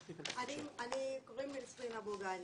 קוראים לי נסרין אבו גאנם.